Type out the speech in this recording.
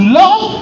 love